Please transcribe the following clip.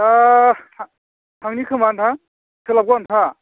दा थां थांनि खोमा नोंथा सोलाबगोन नोंथाङा